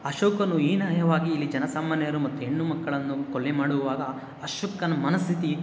ಅಶೋಕನು ಹೀನಾಯವಾಗಿ ಇಲ್ಲಿ ಜನ ಸಾಮಾನ್ಯರು ಮತ್ತು ಹೆಣ್ಣು ಮಕ್ಕಳನ್ನು ಕೊಳೆ ಮಾಡುವಾಗ ಅಶೋಕನ ಮನಸ್ಥಿತಿ